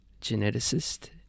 geneticist